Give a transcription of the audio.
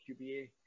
qba